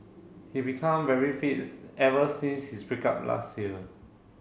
he become very fits ever since his break up last year